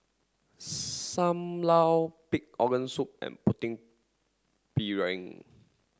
Sam Lau pig organ soup and putu piring